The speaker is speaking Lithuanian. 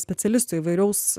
specialistų įvairaus